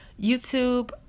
youtube